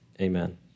Amen